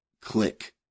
Click